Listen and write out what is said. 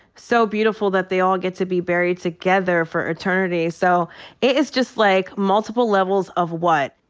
so beautiful that they all get to be buried together for eternity. so it is just, like, multiple levels of what.